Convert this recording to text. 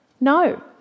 No